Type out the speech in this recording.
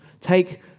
Take